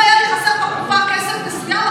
אם היה לי חסר בקופה סכום מסוים,